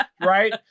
Right